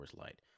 Light